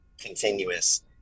continuous